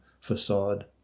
facade